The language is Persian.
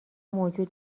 موجود